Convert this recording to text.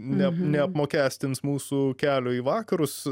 neapmokestins mūsų kelio į vakarus